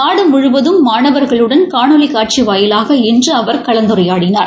நாடு முழுவதும் மாணவர்களுடன் காணொலி காட்சி வாயிலாக இன்று அவர் கலந்துரையாடினார்